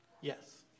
Yes